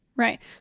Right